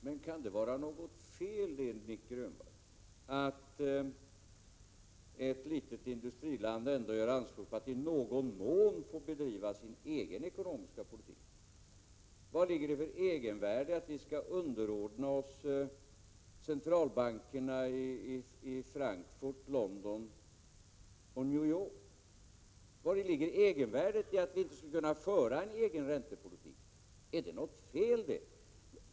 Herr talman! Kan det vara något fel, Nic Grönvall, att ett litet industriland ändå gör anspråk på att i någon mån få bedriva sin egen ekonomiska politik? Vad ligger det för egenvärde i att vi skall underordna oss centralbankerna i Frankfurt, London och New York? Vari ligger egenvärdet i att vi inte skulle kunna föra en egen räntepolitik? Är det något fel att göra det?